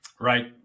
Right